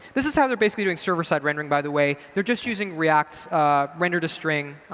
this is how they're basically doing server side rendering, by the way. they're just using react's rendertostring.